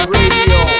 Radio